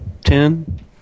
ten